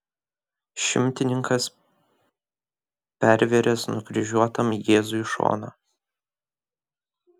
šimtininkas pervėręs nukryžiuotam jėzui šoną